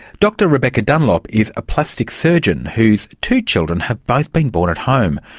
dr rebecca dunlop is a plastic surgeon whose two children have both been born at home.